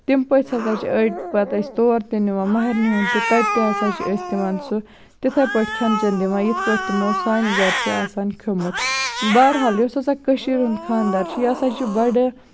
تِم پٔژھۍ ہسا چھِ أڑۍ پَتہٕ ٲسۍ تور تہِ نِوان مَہرنہِ ہُند تہِ تتہِ تہِ ہسا چھِ أسۍ تِمن سُہ تِتھَے پٲٹھۍ کھٮ۪ن چٮ۪ن دِوان یِتھ پٲٹھۍ تِمو سانہِ گرِ چھُ آسان کھیوٚمُت بحرحال یُس ہسا کٔشیٖر ہُند خاندر چھُ یہِ ہسا چھُ بَڑٕ